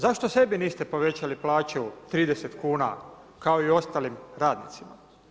Zašto sebi niste povećali plaću 30 kn, kao i ostali radnici?